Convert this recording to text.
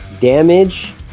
Damage